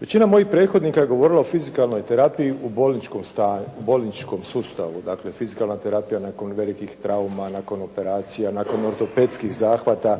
Većina mojih prethodnika je govorila o fizikalnoj terapiji o bolničkom sustavu, dakle, fizikalna terapija nakon velikih trauma, nakon operacija, nakon ortopedskih zahvata,